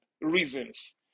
reasons